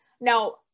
Now